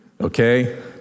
okay